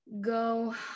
go